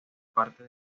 parte